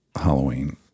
Halloween